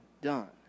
done